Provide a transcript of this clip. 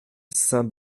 saint